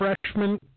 freshman